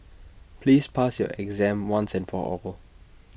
please pass your exam once and for all